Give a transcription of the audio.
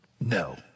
no